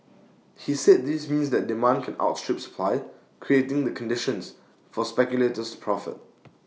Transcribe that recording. he said this means that demand can outstrip supply creating the conditions for speculators to profit